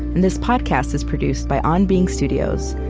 and this podcast is produced by on being studios,